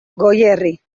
goierri